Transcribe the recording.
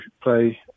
play